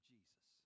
Jesus